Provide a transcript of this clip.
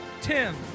Tim